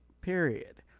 period